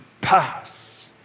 pass